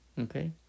Okay